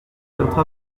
votre